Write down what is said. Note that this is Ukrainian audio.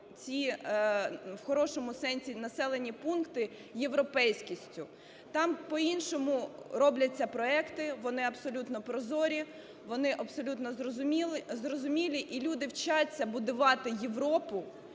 ті, в хорошому сенсі, населені пункти європейськістю. Там по-іншому роблять проекти, вони абсолютно прозорі, вони абсолютно зрозумілі, і люди вчаться будувати Європу